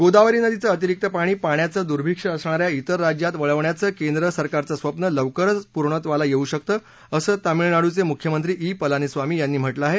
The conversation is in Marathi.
गोदावरी नदीचं अतिरिक्त पाणी पाण्याचं दुर्भिक्ष्य असणाऱ्या त्रेर राज्यात वळवण्याचं केंद्र सरकारचं स्वप्न लवकरच पूर्णत्वाला येऊ शकतं असं तामिळनाडूचे मुख्यमंत्री ई पलानी स्वामी यांनी म्हटलं आहे